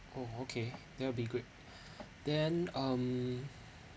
oh okay that will be good then um